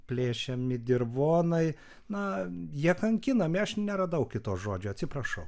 plėšiami dirvonai na jie kankinami aš neradau kito žodžio atsiprašau